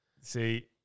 See